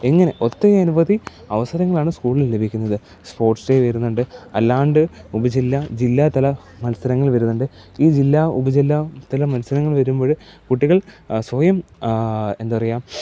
എങ്ങനെ ഒത്തിരി അനവധി അവസരങ്ങളാണ് സ്കൂളിൽ ലഭിക്കുന്നത് സ്പോർട്സ് ഡേ വരുന്നുണ്ട് അല്ലാണ്ട് ഉപജില്ല ജില്ലാതല മത്സരങ്ങൾ വരുന്നുണ്ട് ഈ ജില്ലാ ഉപജില്ലാ തല മത്സരങ്ങൾ വരുമ്പോഴ് കുട്ടികൾ സ്വയം എന്താ പറയുക